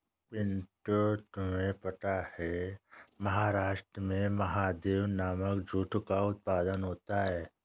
पिंटू तुम्हें पता है महाराष्ट्र में महादेव नामक जूट का उत्पादन होता है